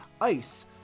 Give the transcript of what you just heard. ice